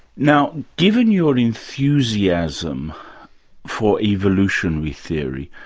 now, given your enthusiasm for evolutionary theory,